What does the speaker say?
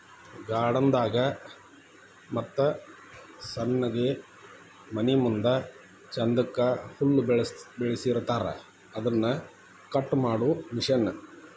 garden ದಾಗ ಮತ್ತ ಸಣ್ಣಗೆ ಮನಿಮುಂದ ಚಂದಕ್ಕ ಹುಲ್ಲ ಬೆಳಸಿರತಾರ ಅದನ್ನ ಕಟ್ ಮಾಡು ಮಿಷನ್